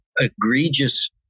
egregious